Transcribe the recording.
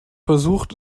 versucht